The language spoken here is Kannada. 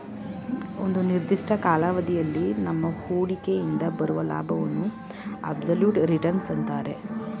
ಒಂದು ನಿರ್ದಿಷ್ಟ ಕಾಲಾವಧಿಯಲ್ಲಿ ನಮ್ಮ ಹೂಡಿಕೆಯಿಂದ ಬರುವ ಲಾಭವನ್ನು ಅಬ್ಸಲ್ಯೂಟ್ ರಿಟರ್ನ್ಸ್ ಅಂತರೆ